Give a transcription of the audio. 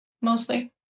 mostly